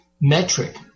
metric